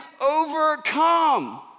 overcome